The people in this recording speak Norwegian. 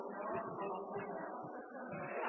skapes, før de